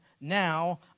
Now